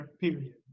Period